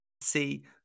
see